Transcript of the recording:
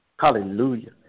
Hallelujah